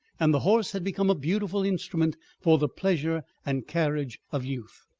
and the horse had become a beautiful instrument for the pleasure and carriage of youth.